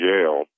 jail